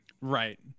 right